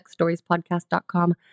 sexstoriespodcast.com